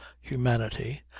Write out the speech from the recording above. humanity